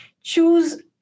choose